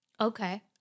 Okay